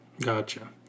Gotcha